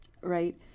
Right